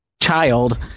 child